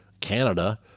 Canada